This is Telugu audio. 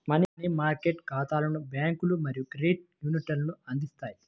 మనీ మార్కెట్ ఖాతాలను బ్యాంకులు మరియు క్రెడిట్ యూనియన్లు అందిస్తాయి